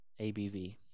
ABV